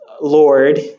Lord